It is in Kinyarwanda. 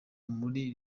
muri